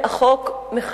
ייחשבו להטרדה מינית,